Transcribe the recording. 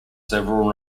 several